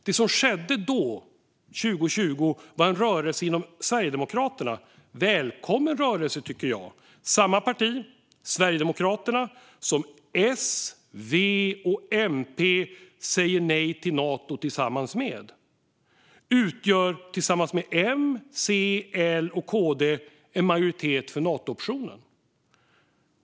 Det som skedde då, 2020, var en rörelse inom Sverigedemokraterna. Det var en välkommen rörelse, tycker jag. Samma parti - Sverigedemokraterna - som S, V och MP säger nej till Nato tillsammans med utgör tillsammans med M, C, L och KD en majoritet för Natooptionen.